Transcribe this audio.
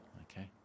okay